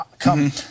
come